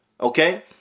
Okay